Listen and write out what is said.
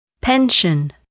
pension